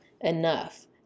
enough